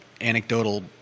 anecdotal